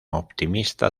optimista